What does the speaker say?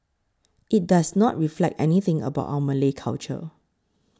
it does not reflect anything about our Malay culture